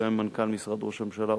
וגם עם מנכ"ל משרד ראש הממשלה,